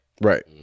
Right